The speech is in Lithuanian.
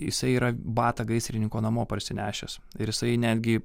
jisai yra batą gaisrininko namo parsinešęs ir jisai netgi